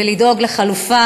ולדאוג לחלופה,